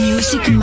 Music